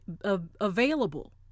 available